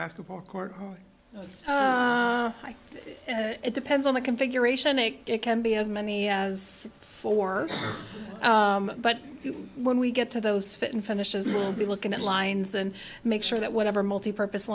basketball court it depends on the configuration a it can be as many as four but when we get to those fitting finishes it will be looking at lines and make sure that whatever multipurpose